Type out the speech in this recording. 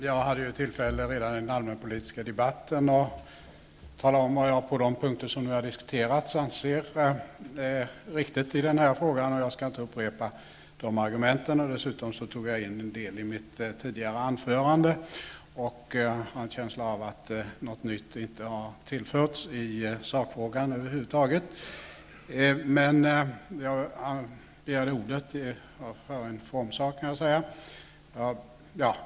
Fru talman! Jag hade redan i den allmänpolitiska debatten tillfälle att tala om vad jag på de punkter som nu har diskuterats anser är riktigt i den här frågan, och jag skall inte upprepa de argumenten. Dessutom tog jag in en del av detta i mitt tidigare anförande i denna debatt, och jag har en känsla av att något nytt inte har tillförts i sakfrågan över huvud taget. Jag begärde egentligen ordet för en formsak.